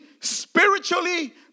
spiritually